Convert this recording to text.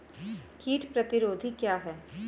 कीट प्रतिरोधी क्या है?